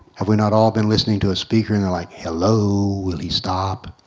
have we not all been listening to a speaker, and you're like hello will he stop?